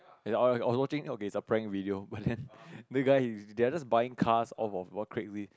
and I I was watching okay it's a prank video but then the guy is they're just buying cars off of Craigslist